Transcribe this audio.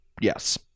yes